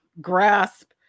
grasp